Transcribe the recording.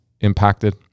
impacted